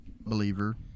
believer